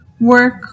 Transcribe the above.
work